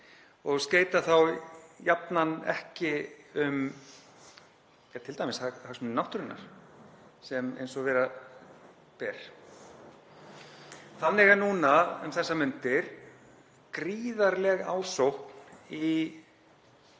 og skeyta þá jafnan ekki um t.d. hagsmuni náttúrunnar eins og vera ber. Þannig er núna um þessar mundir gríðarleg ásókn í